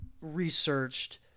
researched